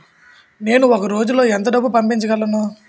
నేను ఒక రోజులో ఎంత డబ్బు పంపించగలను?